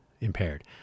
impaired